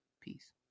Peace